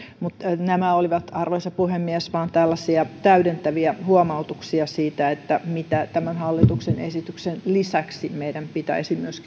mutta nämä olivat arvoisa puhemies vain tällaisia täydentäviä huomautuksia siitä mitä tämän hallituksen esityksen lisäksi meidän pitäisi myös